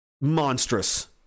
monstrous